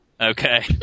okay